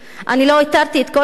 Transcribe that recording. אני לא איתרתי את כל המקרים,